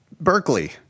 Berkeley